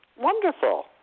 wonderful